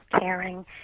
caring